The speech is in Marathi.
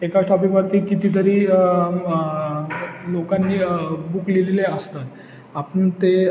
एकाच टॉपिकवरती कितीतरी लोकांनी बुक लिहिलेली असतात आपण ते